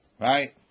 right